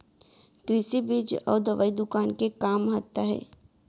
कृषि बीज अउ दवई दुकान के का महत्ता हे?